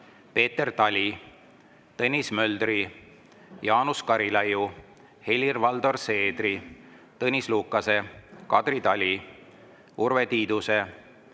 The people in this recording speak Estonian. Peeter Tali, Tõnis Möldri, Jaanus Karilaiu, Helir-Valdor Seedri, Tõnis Lukase, Kadri Tali, Urve Tiiduse,